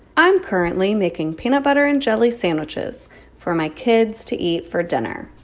i'm currently making peanut butter and jelly sandwiches for my kids to eat for dinner